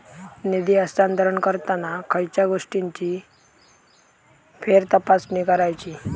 निधी हस्तांतरण करताना खयच्या गोष्टींची फेरतपासणी करायची?